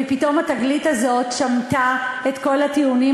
ופתאום התגלית הזאת שמטה את כל הטיעונים